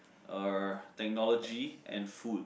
err technology and food